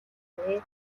ирлээ